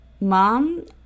mom